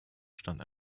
stand